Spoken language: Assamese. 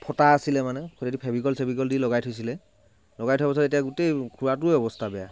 ফটা আছিলে মানে গোটেইটো ফেভিকল চেভিকল দি লগাই থৈছিলে লগাই থোৱা পিছত এতিয়া গোটেই খোৰাটোৰে অৱস্থা বেয়া